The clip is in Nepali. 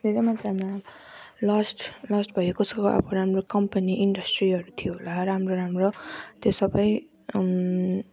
धेरै मात्रामा लस्ट लस्ट भयो कसैको अब राम्रो कम्पनी इन्डस्ट्रीहरू थियो होला राम्रो राम्रो त्यो सबै